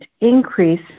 increase